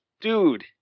dude